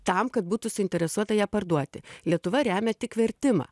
tam kad būtų suinteresuota ją parduoti lietuva remia tik vertimą